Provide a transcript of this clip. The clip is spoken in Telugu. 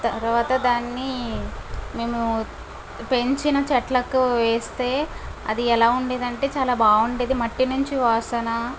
తర్వాత దాన్ని మేము పెంచిన చెట్లకు వేస్తే అది ఎలా ఉండేదంటే చాలా బాగుండేది మట్టి నుంచి వాసన